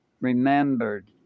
remembered